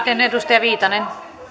en